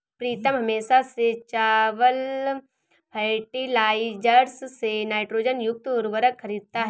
प्रीतम हमेशा से चंबल फर्टिलाइजर्स से नाइट्रोजन युक्त उर्वरक खरीदता हैं